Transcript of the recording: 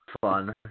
fun